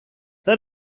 that